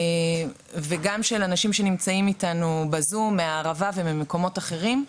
ושל אנשים שנמצאים איתנו בזום מהערבה וממקומות אחרים.